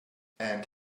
and